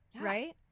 right